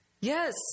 Yes